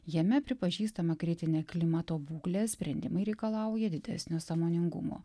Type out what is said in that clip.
jame pripažįstama kritinė klimato būklė sprendimai reikalauja didesnio sąmoningumo